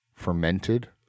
Fermented